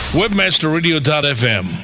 webmasterradio.fm